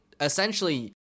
essentially